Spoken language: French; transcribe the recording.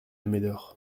médor